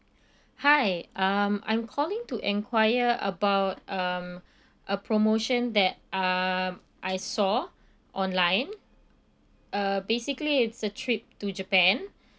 hi um I'm calling to enquire about um a promotion that uh I saw online uh basically it's a trip to japan